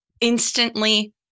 instantly